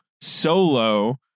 Solo